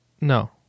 No